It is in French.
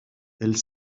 elle